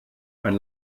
ein